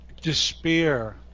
despair